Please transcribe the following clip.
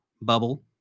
bubble